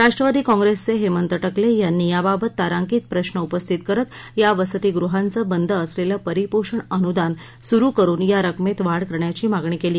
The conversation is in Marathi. राष्ट्रवादी कॉंग्रेसचे हेमंत टकले यांनी याबाबत तारांकित प्रश्न उपस्थित करत या वसतीगृहांचं बंद असलेलं परिपोषण अनुदान सुरू करून या रकमेत वाढ करण्याची मागणी केली